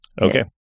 Okay